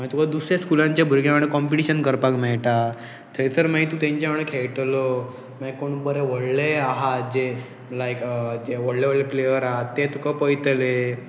मागीर तुका दुसरे स्कुलांचे भुरग्यां वांगडा कंपटिशन करपाक मेळटा थंयसर मागीर तूं तेंच्या वांगडेन खेळटलो मागीर कोण बरें व्हडलें आहात जे लायक जे व्हडले व्हडले प्लेयर आहा ते तुका पळयतले